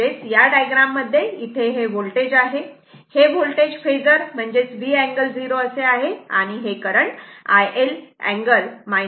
म्हणजेच या डायग्राम मध्ये इथे हे होल्टेज आहे हे वोल्टेज फेजर म्हणजेच V अँगल 0 असे आहे आणि हे करंट iL अँगल 90 o आहे